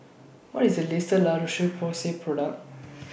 What IS The latest La Roche Porsay Product